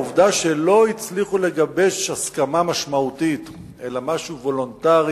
העובדה שלא הצליחו לגבש הסכמה משמעותית אלא משהו וולונטרי,